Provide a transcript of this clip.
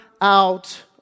out